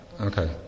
okay